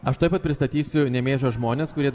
aš tuoj pat pristatysiu nemėžio žmones kurie